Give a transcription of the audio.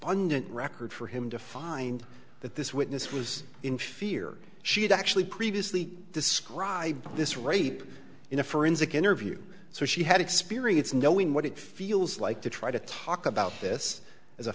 abundant record for him to find that this witness was in fear she had actually previously described this rape in a forensic interview so she had experience knowing what it feels like to try to talk about this as a